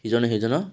ইজনে সিজনক